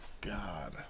god